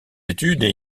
études